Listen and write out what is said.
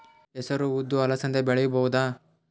ಹೆಸರು ಉದ್ದು ಅಲಸಂದೆ ಬೆಳೆಯಬಹುದಾ?